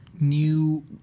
new